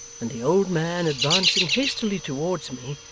and the old man advancing hastily towards me,